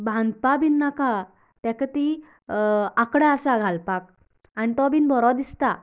बांदपाक बिन नाका तेका ती आंकडो आसा घालपाक आनी तो बिन बरो दिसता